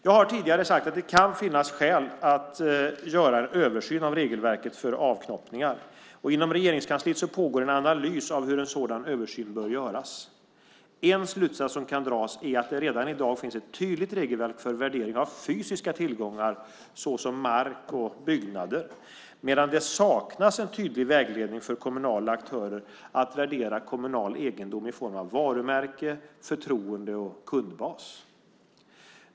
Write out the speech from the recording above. Jag har tidigare sagt att det kan finnas skäl att göra en översyn av regelverket för avknoppningar. Inom Regeringskansliet pågår en analys av hur en sådan översyn bör göras. En slutsats som kan dras är att det redan i dag finns ett tydligt regelverk för värdering av fysiska tillgångar såsom mark och byggnader, medan det saknas en tydlig vägledning för kommunala aktörer att värdera kommunal egendom i form av varumärke, förtroende och kundbas.